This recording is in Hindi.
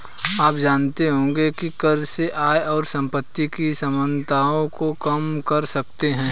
आप जानते होंगे की कर से आय और सम्पति की असमनताओं को कम कर सकते है?